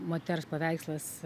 moters paveikslas